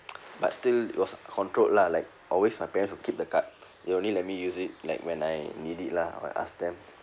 but still it was controlled lah like always my parents will keep the card they only let me use it like when I need it lah or I ask them